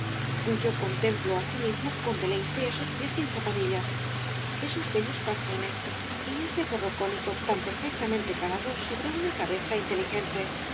yo contemplo asimismo con deleite esos pies sin zapatillas esos bellos calzones y ese gorro cónico tan perfectamente calado sobre una cabeza inteligente